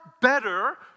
better